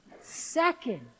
second